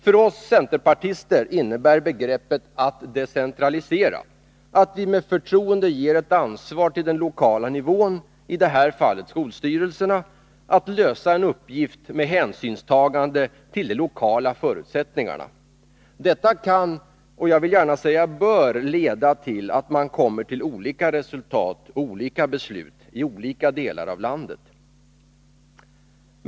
För oss centerpartister innebär begreppet att decentralisera att vi med förtroende ger ett ansvar till den lokala nivån, i det här fallet skolstyrelserna, att lösa en uppgift med hänsynstagande till de lokala förutsättningarna. Detta kan, och jag vill gärna säga bör, leda till att man kommer till olika resultat och olika beslut i olika delar av landet.